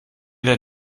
der